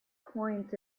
coins